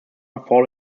fall